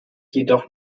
jedoch